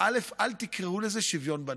אל תקראו לזה שוויון בנטל.